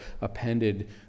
appended